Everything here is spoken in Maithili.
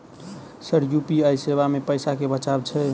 सर यु.पी.आई सेवा मे पैसा केँ बचाब छैय?